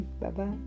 Bye-bye